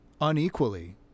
unequally